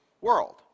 world